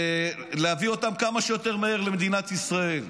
להביא אותם כמה שיותר מהר למדינת ישראל.